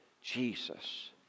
Jesus